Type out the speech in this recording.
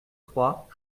trois